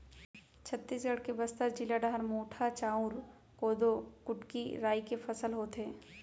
छत्तीसगढ़ के बस्तर जिला डहर मोटहा चाँउर, कोदो, कुटकी, राई के फसल होथे